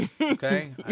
okay